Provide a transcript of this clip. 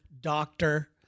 doctor